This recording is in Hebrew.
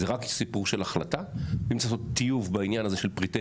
זה רק סיפור של החלטה ואם צריך להיות טיוב בעניין הזה של פריטי